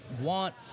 want